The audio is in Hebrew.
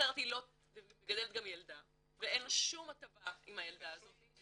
והיא מגדלת גם ילדה ואין שום הטבה עם הילדה הזאת,